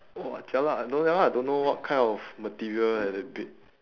!wah! jialat I don't that one I don't know what kind of material eh the bed